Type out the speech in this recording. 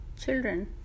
children